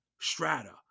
strata